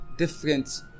different